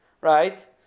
right